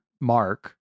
mark